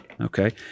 Okay